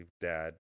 dad